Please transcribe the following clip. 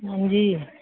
हां जी